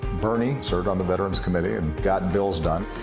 bernie served on the veteran's committee and got bills done.